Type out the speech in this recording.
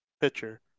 pitcher